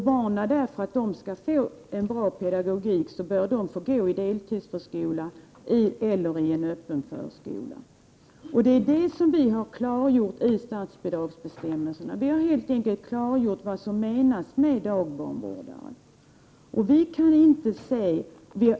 För att barnen skall få en bra pedagogik bör de gå i deltidsförskola eller i en öppen förskola. Detta har vi klargjort i statsbidragsbestämmelserna. Vi har klargjort vad som menas med dagbarnvårdare.